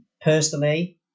personally